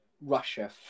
Russia